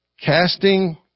Casting